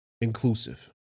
inclusive